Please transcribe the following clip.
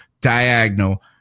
diagonal